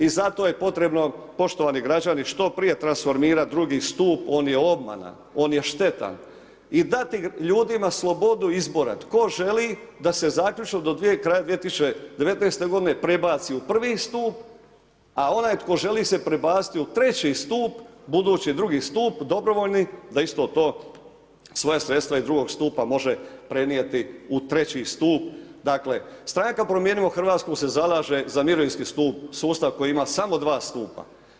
I zato je potrebno, poštovani građani, što prije transformirati drugi stup, on je obmana, on je štetan i dati ljudima slobodu izbora, tko želi da se zaključno do kraja 2019.-te prebaci u prvi stup, a onaj tko želi se prebaciti u treći stup, budući drugi stup dobrovoljni, da isto to, svoja sredstva iz drugog stupa može prenijeti u treći stup, dakle, Stranka Promijenimo Hrvatsku se zalaže za mirovinski sustav koji ima samo dva stupa.